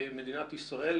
מדינת ישראל,